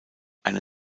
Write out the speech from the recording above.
eine